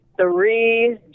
three